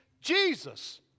Jesus